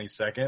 22nd